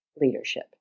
leadership